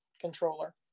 controller